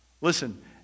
Listen